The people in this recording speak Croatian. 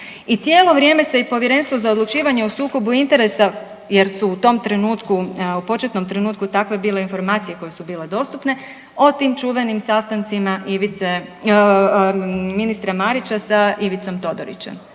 I cijelo vrijeme se i Povjerenstvo za odlučivanje o sukobu interesa jer su u tom trenutku, u početnom trenutku takve bile informacije koje su bile dostupne o tim čuvenim sastancima Ivice, ministra Marića sa Ivicom Todorićem.